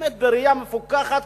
באמת בראייה מפוכחת,